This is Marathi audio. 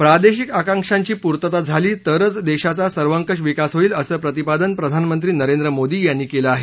प्रादेशिक आकांक्षांची पूर्तता झाली तरच देशाचा सर्वकष विकास होईल असं प्रतिपादन प्रधानमंत्री नरेंद्र मोदी यांनी केलं आहे